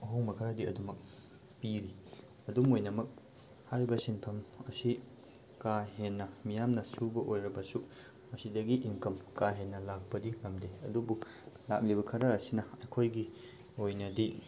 ꯑꯍꯣꯡꯕ ꯈꯔꯗꯤ ꯑꯗꯨꯝꯃꯛ ꯄꯤꯔꯤ ꯑꯗꯨꯝ ꯑꯣꯏꯅꯃꯛ ꯍꯥꯏꯔꯤꯕ ꯁꯤꯟꯐꯝ ꯑꯁꯤ ꯀꯥ ꯍꯦꯟꯅ ꯃꯤꯌꯥꯝꯅ ꯁꯨꯕ ꯑꯣꯏꯔꯕꯁꯨ ꯃꯁꯤꯗꯒꯤ ꯏꯟꯀꯝ ꯀꯥ ꯍꯦꯟꯅ ꯂꯥꯛꯄꯗꯤ ꯉꯝꯗꯦ ꯑꯗꯨꯕꯨ ꯂꯥꯛꯂꯤꯕ ꯈꯔ ꯑꯁꯤꯅ ꯑꯩꯈꯣꯏꯒꯤ ꯑꯣꯏꯅꯗꯤ